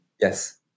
Yes